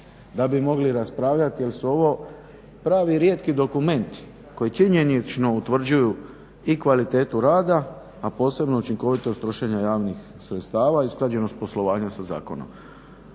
da bi mogli raspravljati jer su ovo pravi rijetki dokumenti koji činjenično utvrđuju i kvalitetu rada, a posebno učinkovitost trošenja javnih sredstava i usklađenost poslovanja sa zakonom.